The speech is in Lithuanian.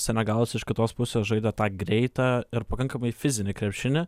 senegalas iš kitos pusės žaidė tą greitą ir pakankamai fizinį krepšinį